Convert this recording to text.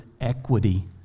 equity